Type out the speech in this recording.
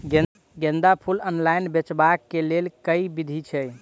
गेंदा फूल ऑनलाइन बेचबाक केँ लेल केँ विधि छैय?